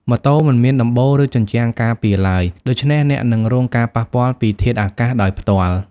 ម៉ូតូមិនមានដំបូល ឬជញ្ជាំងការពារឡើយ។ ដូច្នេះអ្នកនឹង រងការប៉ះពាល់ពីធាតុអាកាសដោយផ្ទាល់។